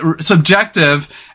subjective